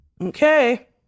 Okay